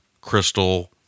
crystal